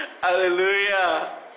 Hallelujah